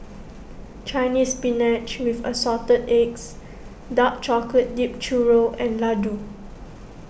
Chinese Spinach with Assorted Eggs Dark Chocolate Dipped Churro and Laddu